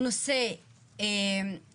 הוא נושא חשוב,